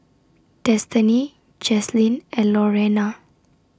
Destiney Jaslene and Lorena